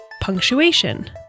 punctuation